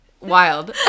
Wild